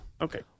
Okay